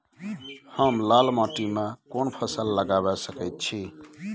हम लाल माटी में कोन फसल लगाबै सकेत छी?